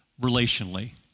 relationally